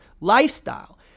lifestyle